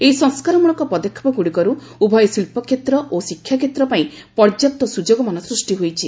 ଏହି ସଂସ୍କାରମ୍ଭଳକ ପଦକ୍ଷେପଗୁଡ଼ିକରୁ ଉଭୟ ଶିଳ୍ପ କ୍ଷେତ୍ର ଓ ଶିକ୍ଷା କ୍ଷେତ୍ର ପାଇଁ ପର୍ଯ୍ୟାପ୍ତ ସୁଯୋଗମାନ ସୃଷ୍ଟି ହୋଇଛି